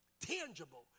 tangible